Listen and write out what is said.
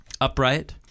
upright